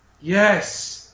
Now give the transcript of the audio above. Yes